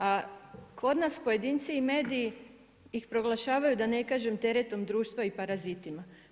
A kod nas pojedinci i mediji ih proglašavaju da ne kažem teretom društva i parazitima.